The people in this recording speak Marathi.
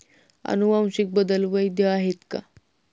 अनुवांशिक बदल वैध आहेत का?